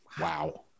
wow